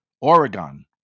Oregon